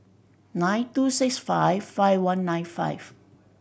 nine two six five five one nine five